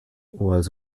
was